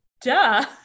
duh